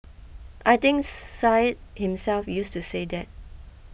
I think Syed himself used to say that